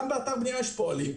גם באתר בנייה יש פועלים,